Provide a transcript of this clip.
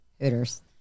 Hooters